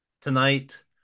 tonight